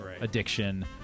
addiction